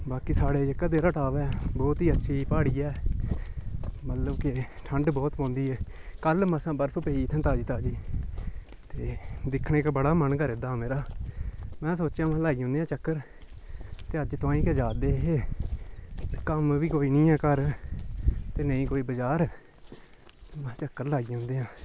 बाकी साढ़ै इक्कै जेह्ड़े टाव ऐ बोह्त ई अच्छी प्हाड़ी ऐ मतलब के ठंड बोह्त पौंदी ऐ कल्ल मसां बर्फ पेई इत्थें ताज़ी ताज़ी ते दिक्खने गी बड़ा मन करा दा मेरा में सोचेआ में लाई औन्ने आं चक्कर ते अज्ज तोआहीं गै जारदे हे ते कम्म बी कोई नी ऐ घर ते नेईं कोई बजार में चक्कर लाई औंदे आं